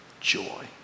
joy